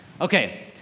Okay